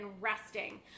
resting